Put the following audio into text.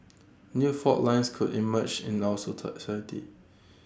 new fault lines could emerge in our society